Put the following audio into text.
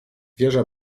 wieża